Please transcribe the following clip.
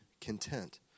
content